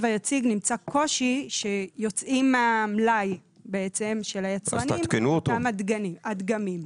היציג נמצא קושי שיוצאים מהמלאי של היצרנים כמה דגמים,